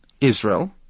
Israel